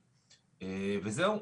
זהו.